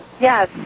Yes